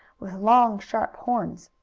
with long, sharp horns.